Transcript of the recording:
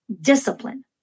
Discipline